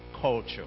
culture